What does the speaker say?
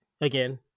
again